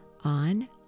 on